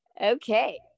Okay